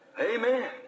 Amen